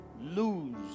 lose